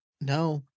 no